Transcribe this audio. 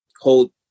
hold